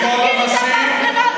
אתם לא תפחידו אותנו.